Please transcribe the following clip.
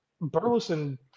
Burleson